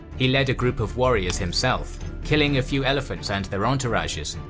he led a group of warriors himself, killing a few elephants and their entourages.